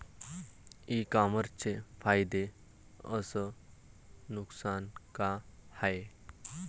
इ कामर्सचे फायदे अस नुकसान का हाये